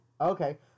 Okay